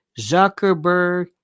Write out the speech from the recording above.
Zuckerberg